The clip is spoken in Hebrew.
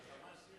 אבל ה"חמאס"